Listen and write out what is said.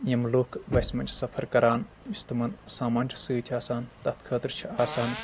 یِم لُکھ بسہِ منٛز چھِ سفر کران یُس تٔمن سامان چھُ سۭتۍ آسان تتھ خٲطرٕ چھِ آسان